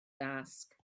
dasg